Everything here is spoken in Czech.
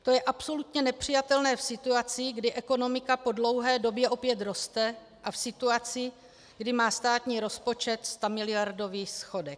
To je absolutně nepřijatelné v situaci, kdy ekonomika po dlouhé době opět roste, a v situaci, kdy má státní rozpočet stamiliardový schodek.